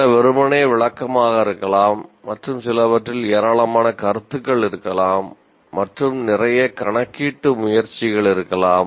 சில வெறுமனே விளக்கமாக இருக்கலாம் மற்றும் சிலவற்றில் ஏராளமான கருத்துக்கள் இருக்கலாம் மற்றும் நிறைய கணக்கீட்டு முயற்சிகள் இருக்கலாம்